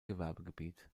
gewerbegebiet